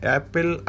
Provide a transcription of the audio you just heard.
Apple